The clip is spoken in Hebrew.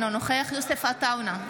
אינו נוכח יוסף עטאונה,